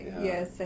Yes